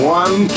one